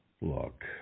Look